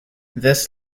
this